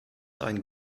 einen